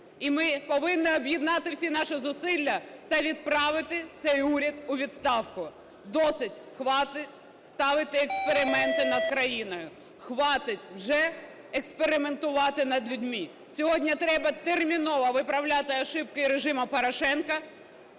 і ми повинні об'єднати всі наші зусилля та відправити цей уряд у відставку. Досить, хватить ставити експерименти над країною, хватить вже експериментувати над людьми. Сьогодні треба терміново виправляти помилки режиму Порошенка